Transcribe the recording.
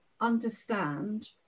understand